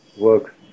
work